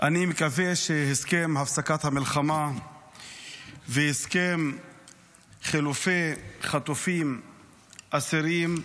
אני מקווה שהסכם הפסקת המלחמה והסכם חילופי חטופים ואסירים,